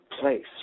place